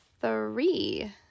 three